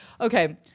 Okay